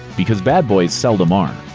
because bad boys seldom are.